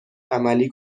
عملی